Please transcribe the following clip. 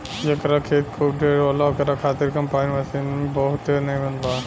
जेकरा खेत खूब ढेर होला ओकरा खातिर कम्पाईन मशीन बहुते नीमन बा